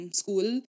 school